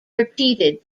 repeated